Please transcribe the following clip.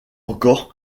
encore